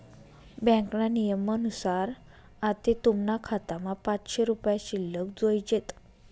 ब्यांकना नियमनुसार आते तुमना खातामा पाचशे रुपया शिल्लक जोयजेत